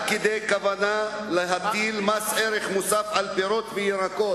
עד כדי כוונה להטיל מס ערך מוסף על פירות וירקות.